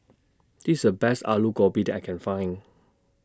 This The Best Alu Gobi that I Can Find